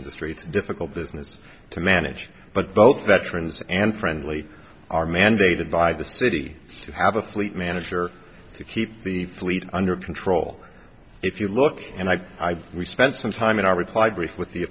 industry it's difficult business to manage but both veterans and friendly are mandated by the city to have a fleet manager to keep the fleet under control if you look and i we spent some time in our reply brief with the